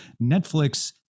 Netflix